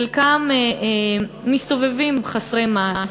חלקם מסתובבים חסרי מעש,